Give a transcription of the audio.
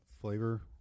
Flavor